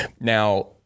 Now